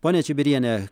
ponia čibiriene